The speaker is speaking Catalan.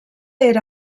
era